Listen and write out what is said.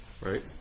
right